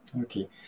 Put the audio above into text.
Okay